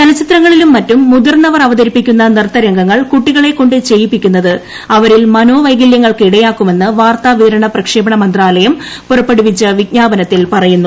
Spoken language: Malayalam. ചലച്ചിത്രങ്ങളിലും മറ്റും മുതിർന്നവർ അവതരിപ്പിക്കുന്ന നൃത്തരംഗങ്ങൾ കുട്ടികളെക്കൊണ്ട് ചെയ്യിപ്പിക്കുന്നത് അവരിൽ മനോവൈകലൃങ്ങൾക്ക് ഇടയാക്കുമെന്ന് വാർത്താ വിതരണ പ്രക്ഷേപണ മന്ത്രാലയം പുറപ്പെടുവിച്ച വിജ്ഞാപനത്തിൽ പറയുന്നു